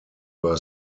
were